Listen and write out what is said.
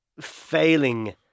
failing